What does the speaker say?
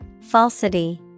Falsity